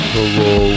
Hello